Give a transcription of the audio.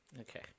Okay